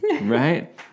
right